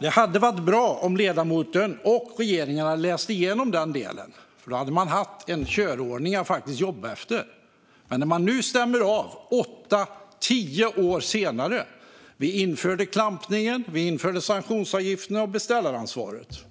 Det skulle ha varit bra om ledamoten och regeringen hade läst igenom den. Då hade man haft en körordning att faktiskt jobba efter. Men när man nu stämmer av, åtta tio år senare, kan man se att vi införde klampningen, sanktionsavgifterna och beställaransvaret.